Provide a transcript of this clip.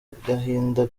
gahinda